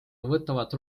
võtavad